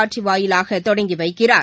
காட்சி வாயிலாக தொடங்கி வைக்கிறார்